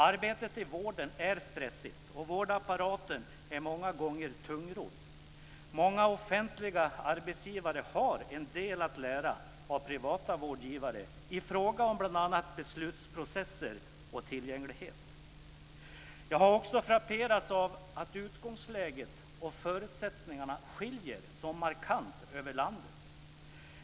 Arbetet i vården är stressigt, och vårdapparaten är många gånger tungrodd. Många offentliga arbetsgivare har en del att lära av privata vårdgivare i fråga om bl.a. beslutsprocesser och tillgänglighet. Jag har också frapperats av att utgångsläget och förutsättningarna skiljer så markant över landet.